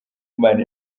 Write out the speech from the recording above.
imana